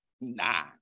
Nah